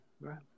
Right